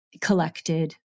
collected